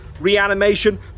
reanimation